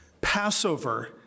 Passover